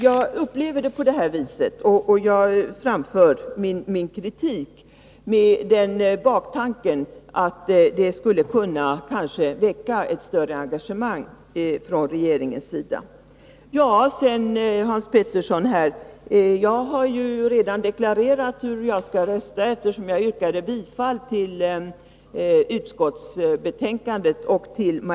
Jag upplever det på det här sättet, och jag framför min kritik med den baktanken att det skulle kunna väcka ett större engagemang från regeringens sida. Till Hans Petersson i Hallstahammar vill jag säga att jag redan deklarerat hur jag kommer att rösta, eftersom jag yrkat bifall till utskottets hemställan.